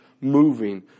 moving